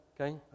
Okay